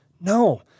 No